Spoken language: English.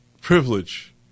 privilege